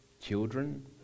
children